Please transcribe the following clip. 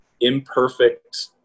imperfect